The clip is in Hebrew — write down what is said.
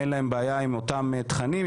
אין להם בעיה עם אותם תכנים,